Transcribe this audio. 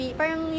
parang